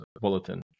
bulletin